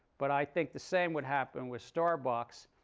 but i think the same would happen with starbucks,